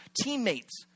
teammates